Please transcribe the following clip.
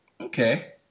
Okay